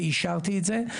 ואישרתי את זה,